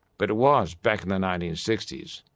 but it was back in the nineteen sixty s,